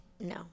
No